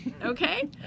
Okay